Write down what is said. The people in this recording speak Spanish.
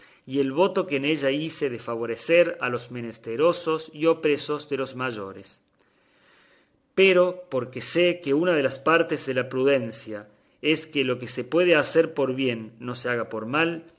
y el voto que en ella hice de favorecer a los menesterosos y opresos de los mayores pero porque sé que una de las partes de la prudencia es que lo que se puede hacer por bien no se haga por mal